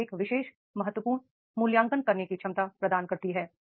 तो एक शिक्षा महत्वपूर्ण मूल्यांकन करने की क्षमता प्रदान करती है